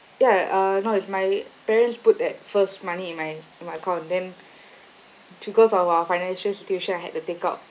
ya uh no it's my parents put at first money in my my account then triggers our financial situation I had to take out